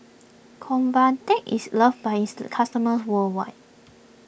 Convatec is loved by its customers worldwide